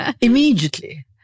immediately